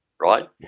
right